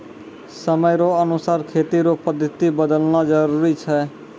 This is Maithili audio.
समय रो अनुसार खेती रो पद्धति बदलना जरुरी छै